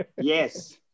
Yes